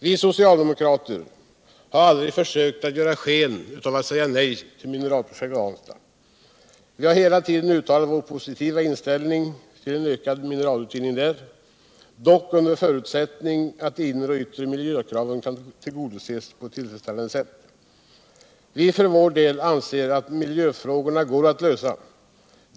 Vi socialdemokrater har aldrig försökt ge sken av att säga nej ull Ranstad. Vi har hela tiden uttalat vår positiva inställning ull utökad mineralutvinning I Ranstad, dock under förutsättning att de inre och yttre miljökraven kunde tillgodoses på ev tillfredsställande sätt. Vi för vår del anser att miljöfrågorna går att lösa.